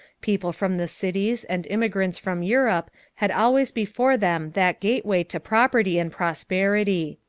people from the cities and immigrants from europe had always before them that gateway to property and prosperity.